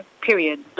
period